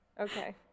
Okay